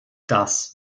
das